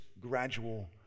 gradual